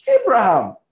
Abraham